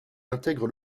intègre